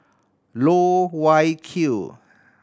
Loh Wai Kiew